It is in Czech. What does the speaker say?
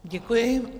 Děkuji.